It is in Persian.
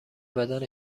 بدن